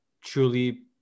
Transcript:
truly